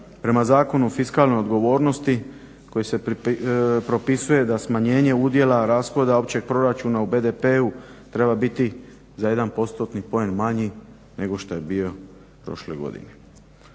prema Zakonu o fiskalnoj odgovornosti koji se propisuje da smanjenje udjela rashoda općeg proračuna u BDP-u treba biti za jedan postotni poen manji nego što je bio prošle godine.